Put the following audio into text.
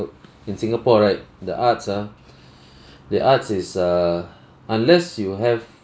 in singapore right the arts ah the arts is err unless you have